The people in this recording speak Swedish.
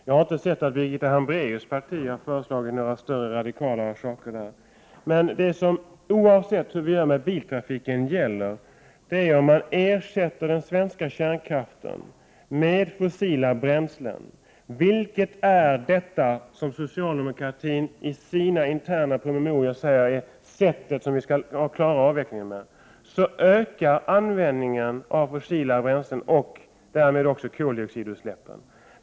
Jag har inte sett att Birgitta Hambraeus parti kommit med några mer radikala förslag i det avseendet. Oavsett hur det blir i fråga om biltrafiken gäller följande. Om den svenska kärnkraften ersätts med fossila bränslen — i interna promemorior säger ju socialdemokraterna att det är på det sättet som vi skall klara avvecklingen — ökar användningen av fossila bränslen, och därmed också koldioxidutsläppen.